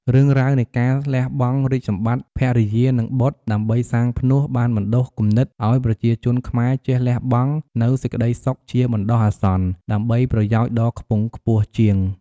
រឿងរ៉ាវនៃការលះបង់រាជសម្បត្តិ ភរិយា និងបុត្រ ដើម្បីសាងផ្នួស បានបណ្ដុះគំនិតឱ្យប្រជាជនខ្មែរចេះលះបង់នូវសេចក្ដីសុខជាបណ្ដោះអាសន្ន ដើម្បីប្រយោជន៍ដ៏ខ្ពង់ខ្ពស់ជាង។